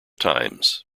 times